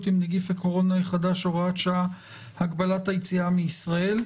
עם נגיף הקורונה החדש (הוראת שעה) (הגבלת היציאה מישראל).